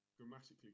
grammatically